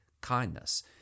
kindness